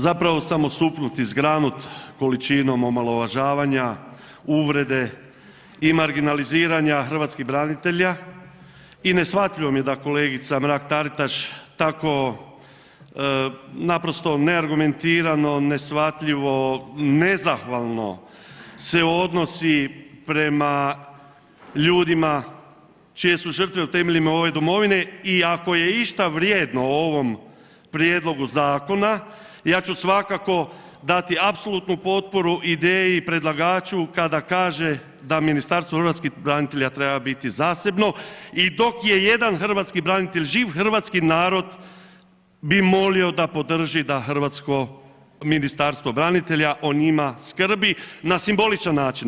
Zapravo sam osupnut i zgranut količinom omalovažavanja, uvrede i marginaliziranja hrvatskih branitelja i neshvatljivo mi je da kolegica Mrak Taritaš tako naprosto neargumentirano, neshvatljivo, nezahvalno se odnosi prema ljudima čije su žrtve u temeljima ove domovine i ako je išta vrijedno u ovom prijedlogu zakona ja ću svakako dati apsolutnu potporu ideji i predlagaču kada kaže da Ministarstvo hrvatskih branitelja treba biti zasebno i dok je jedan hrvatski branitelj živ hrvatski narod bi molio da podrži da hrvatsko ministarstvo branitelja o njima skrbi na simboličan način.